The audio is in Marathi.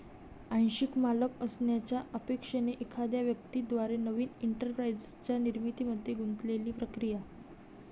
आंशिक मालक असण्याच्या अपेक्षेने एखाद्या व्यक्ती द्वारे नवीन एंटरप्राइझच्या निर्मितीमध्ये गुंतलेली प्रक्रिया